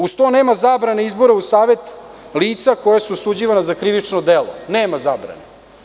Uz to nema zabrane izbora u savet lica koja su osuđivana za krivično delo, nema zabrane.